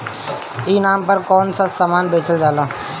ई नाम पर कौन कौन समान बेचल जा सकेला?